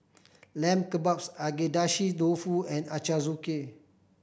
Lamb Kebabs Agedashi Dofu and Ochazuke